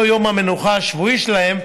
המנוחה השבועי שלהם,